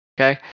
okay